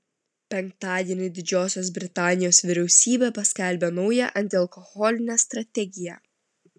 penktadienį didžiosios britanijos vyriausybė paskelbė naują antialkoholinę strategiją